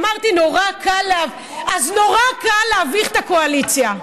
אמרתי שנורא קל, אז נורא קל להביך את הקואליציה.